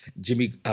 Jimmy –